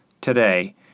today